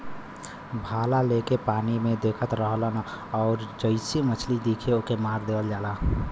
भाला लेके पानी में देखत रहलन आउर जइसे मछरी दिखे ओके मार देवल जाला